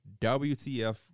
WTF